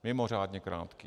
Mimořádně krátký.